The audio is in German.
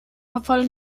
verfall